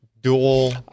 dual